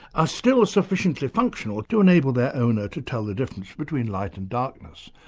ah still sufficiently functional to enable their owner to tell the differences between light and darkness.